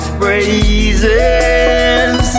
praises